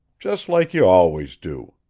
just like you always do.